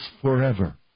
forever